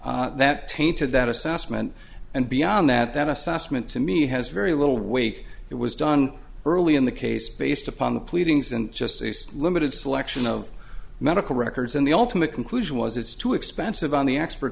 mind that tainted that assessment and beyond that that assessment to me has very little weight it was done early in the case based upon the pleadings and just limited selection of medical records and the ultimate conclusion was it's too expensive on the expert